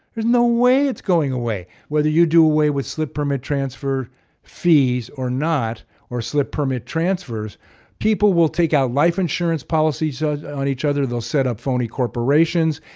there's no way it's going away. whether you do away with slip permit transfer fees or not or slip permit transfers people will take out life insurance policies on each other. they'll set up phony corporations.